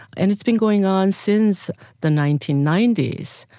and it's been going on since the nineteen ninety s.